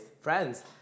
Friends